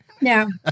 no